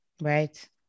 Right